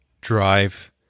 drive